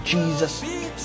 Jesus